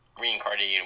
reincarnated